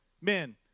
Men